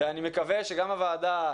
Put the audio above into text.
ואני מקווה שגם הוועדה,